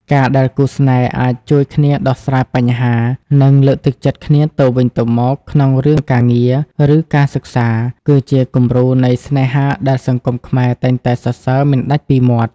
ការដែលគូស្នេហ៍អាច "ជួយគ្នាដោះស្រាយបញ្ហា" និងលើកទឹកចិត្តគ្នាទៅវិញទៅមកក្នុងរឿងការងារ ឬការសិក្សា គឺជាគំរូនៃស្នេហាដែលសង្គមខ្មែរតែងតែសរសើរមិនដាច់ពីមាត់។